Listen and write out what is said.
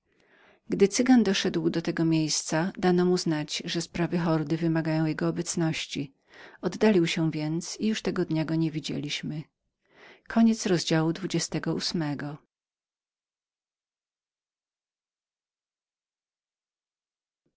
gdy cygan doszedł tego miejsca dano mu znać że sprawy hordy wymagały jego obecności oddalił się więc i już tego dnia go nie widzieliśmy